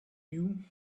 you